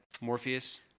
Morpheus